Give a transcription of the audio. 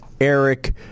Eric